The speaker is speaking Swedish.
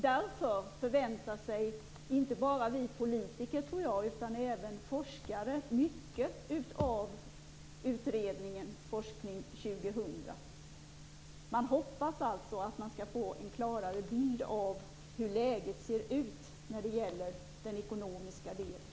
Därför tror jag att inte bara vi politiker utan även forskare förväntar sig mycket av utredningen Forskning 2000. Man hoppas få en klarare bild av läget när det gäller den ekonomiska delen.